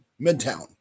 Midtown